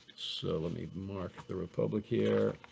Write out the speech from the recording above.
so let me mark the republic here,